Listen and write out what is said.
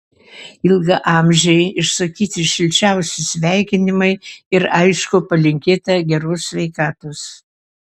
ilgaamžei išsakyti šilčiausi sveikinimai ir aišku palinkėta geros sveikatos